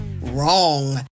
Wrong